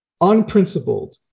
unprincipled